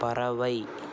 பறவை